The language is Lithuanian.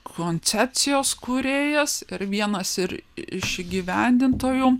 koncepcijos kūrėjas ir vienas ir iš įgyvendintojų